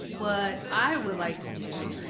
what i would like to do,